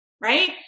right